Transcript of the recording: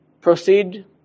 proceed